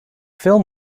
film